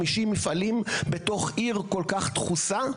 50 מפעלים בתוך עיר כל כך דחוסה,